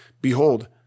Behold